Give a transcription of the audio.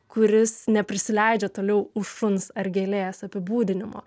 kuris neprisileidžia toliau už šuns ar gėlės apibūdinimo